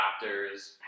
doctors